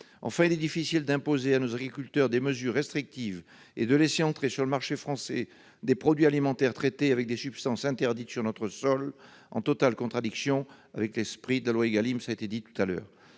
Enfin, il est difficile d'imposer à nos agriculteurs des mesures restrictives et de laisser entrer sur le marché français des produits alimentaires traités avec des substances interdites sur notre sol, en totale contradiction avec l'esprit de la loi Égalim- cela a été dit précédemment.